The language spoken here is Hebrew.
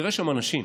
תראה שם אנשים.